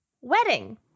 wedding